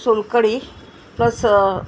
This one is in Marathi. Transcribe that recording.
सोलकडी प्लस